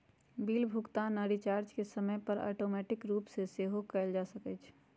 bill भुगतान आऽ recharge के समय पर ऑटोमेटिक रूप से सेहो कएल जा सकै छइ